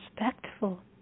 respectful